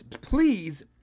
please